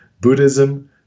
Buddhism